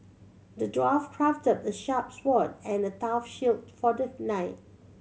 the dwarf crafted a sharp sword and a tough shield for the knight